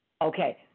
Okay